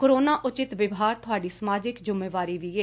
corona ਉਚਿਤ ਵਿਵਹਾਰ ਤੁਹਾਡੀ ਸਮਾਜਿਕ ਜਿੰਮੇਵਾਰੀ ਵੀ ਐ